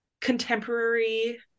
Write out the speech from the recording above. contemporary